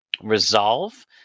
resolve